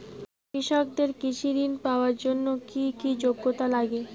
কৃষকদের কৃষি ঋণ পাওয়ার জন্য কী কী যোগ্যতা লাগে?